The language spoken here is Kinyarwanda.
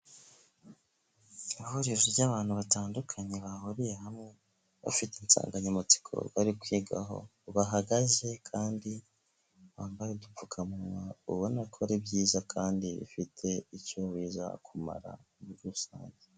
Ihuririro ry'abantu batandukanye bahuriye hamwe, bafite insanganyamatsiko bari kwiga aho bahagaze kandi bambare udupfukamunwa, ubona a ko byiza kandi bifite icyo biza kumara muri rusange.